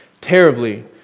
terribly